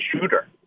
shooter